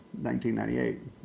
1998